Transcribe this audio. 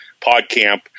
PodCamp